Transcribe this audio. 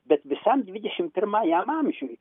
bet visam dvidešim pirmajam amžiui